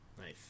Nice